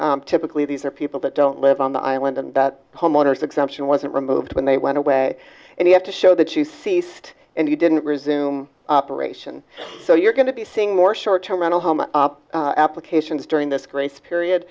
operated typically these are people that don't live on the island and that homeowners exemption wasn't removed when they went away and you have to show that you ceased and you didn't resume operation so you're going to be seeing more short term rental home applications during this grace period